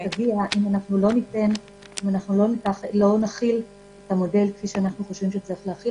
אם אנחנו לא נחיל את המודל כפי שאנחנו חושבים שצריך להחיל